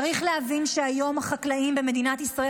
צריך להבין שהיום החקלאים במדינת ישראל